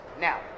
Now